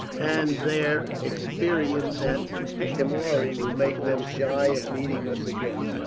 and their experience at timari will make them shy of meeting us again.